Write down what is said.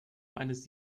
eines